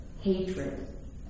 hatred